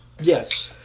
yes